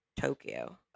Tokyo